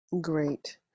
Great